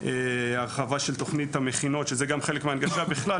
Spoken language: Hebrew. הרחבה של תוכנית המכינות שזה גם חלק מהנגשה בכלל.